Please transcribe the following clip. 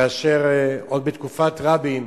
עוד בתקופת רבין,